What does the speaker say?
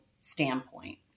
standpoint